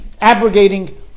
abrogating